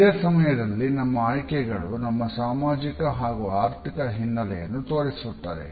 ಇದೆ ಸಮಯದಲ್ಲಿ ನಮ್ಮ ಆಯ್ಕೆಗಳು ನಮ್ಮ ಸಾಮಾಜಿಕ ಹಾಗು ಆರ್ಥಿಕ ಹಿನ್ನಲೆಯನ್ನು ತೋರಿಸುತ್ತದೆ